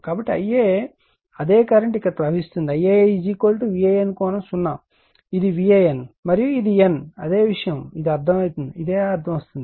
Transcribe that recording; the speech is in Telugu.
కాబట్టి Ia అదే కరెంట్ ఇక్కడ ప్రవహిస్తోంది Ia VAN కోణం 0 ఇది VAN మరియు ఇది n అదే విషయం అదే అర్థం వస్తుంది